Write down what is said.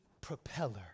propeller